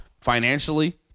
financially